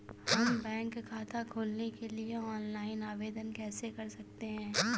हम बैंक खाता खोलने के लिए ऑनलाइन आवेदन कैसे कर सकते हैं?